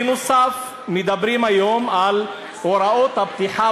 בנוסף, מדברים היום על הוראות הפתיחה